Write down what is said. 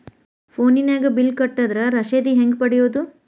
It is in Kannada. ಫೋನಿನಾಗ ಬಿಲ್ ಕಟ್ಟದ್ರ ರಶೇದಿ ಹೆಂಗ್ ಪಡೆಯೋದು?